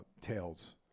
tales